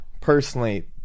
personally